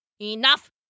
Enough